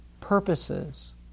purposes